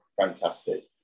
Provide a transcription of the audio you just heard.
fantastic